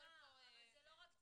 אבל זה לא רק תפוסה,